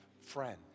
friend